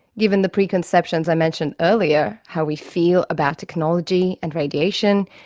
given the pre-conceptions i mentioned earlier how we feel about technology and radiation,